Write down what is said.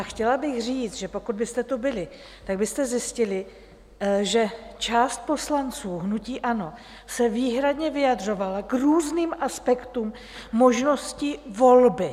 Chtěla bych říct, že pokud byste tu byli, tak byste zjistili, že část poslanců hnutí ANO se výhradně vyjadřovala k různým aspektům možnosti volby.